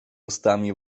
ustami